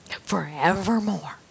Forevermore